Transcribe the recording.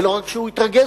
ולא רק שהוא התרגז,